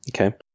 Okay